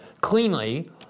cleanly